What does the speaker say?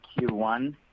Q1